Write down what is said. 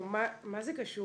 מה זה קשור?